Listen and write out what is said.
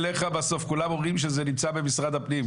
כולם אומרים שזה נמצא במשרד הפנים,